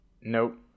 Nope